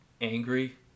angry